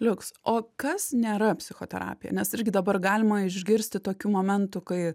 liuks o kas nėra psichoterapija nes irgi dabar galima išgirsti tokių momentų kai